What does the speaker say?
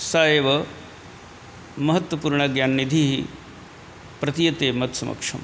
सः एव महत्त्वपूर्णज्ञाननिधिः प्रतीयते मत्समक्षम्